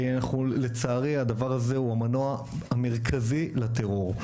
אנחנו לצערי הדבר הזה הוא המנוע המרכזי לטרור,